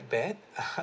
bad